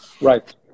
Right